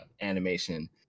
animation